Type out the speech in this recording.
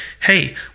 hey